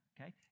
okay